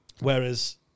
Whereas